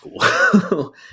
cool